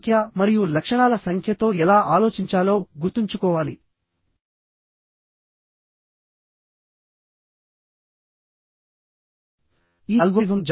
b మరియు t అనేవి plate యొక్క విడ్త్ మరియు తిక్నెస్